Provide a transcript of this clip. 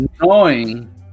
annoying